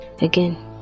again